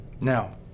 Now